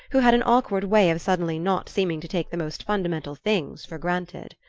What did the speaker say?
who had an awkward way of suddenly not seeming to take the most fundamental things for granted.